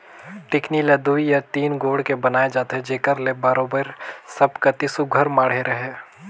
टेकनी ल दुई या तीन गोड़ के बनाए जाथे जेकर ले बरोबेर सब कती सुग्घर माढ़े रहें